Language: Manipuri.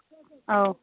ꯑꯥꯎ